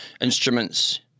instruments